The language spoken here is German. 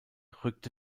rückte